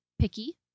picky